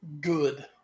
good